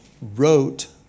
wrote